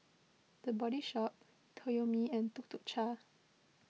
the Body Shop Toyomi and Tuk Tuk Cha